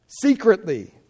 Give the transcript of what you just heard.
secretly